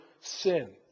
sin